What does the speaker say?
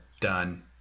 Done